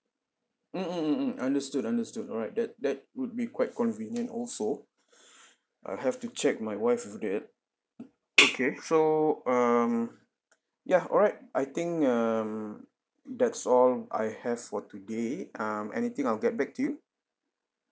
mm mm mm mm understood understood alright that that would be quite convenient also I'll have to check my wife with that okay so um ya alright I think um that's all I have for today um anything I'll get back to you